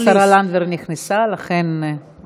השרה לנדבר נכנסה, לכן אנחנו ממשיכים.